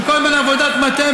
וכל הזמן עבודת מטה,